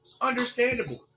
Understandable